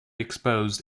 exposed